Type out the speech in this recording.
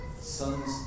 sons